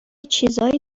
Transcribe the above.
چیزایی